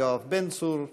יואב בן צור,